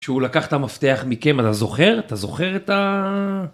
כשהוא לקח את המפתח מכם אתה זוכר אתה זוכר את ה.